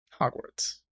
Hogwarts